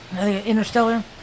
Interstellar